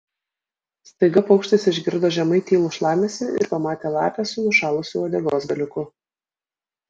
staiga paukštis išgirdo žemai tylų šlamesį ir pamatė lapę su nušalusiu uodegos galiuku